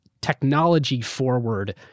technology-forward